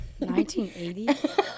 1980